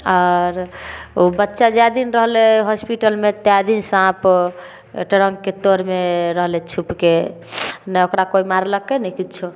आओर ओ बच्चा जा दिन रहलै होस्पिटलमे तै दिन साँप ट्रंकके तऽरमे रहलै छुपिके ना ओकरा मारलकै ना किछो